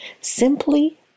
simply